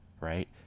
right